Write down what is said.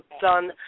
done